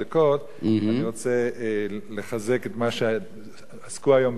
אני רוצה לחזק את מה שעסקו בו היום בעניין הזהות היהודית,